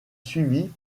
suivie